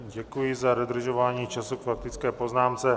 Děkuji za dodržování času k faktické poznámce.